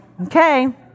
okay